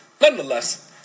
Nonetheless